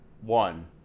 one